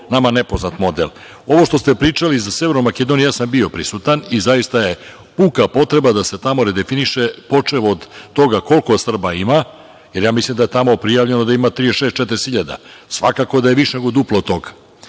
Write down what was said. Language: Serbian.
nama nepoznat model. Ovo što ste pričali za Severnu Makedoniju, ja sam bio prisutan i zaista je puka potreba da se tamo redefiniše, počev od toga koliko Srba ima, jer ja mislim da je tamo prijavljeno da ima 36, 40 hiljada, svakako da je više nego duplo od